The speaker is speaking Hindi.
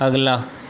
अगला